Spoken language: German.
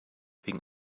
wegen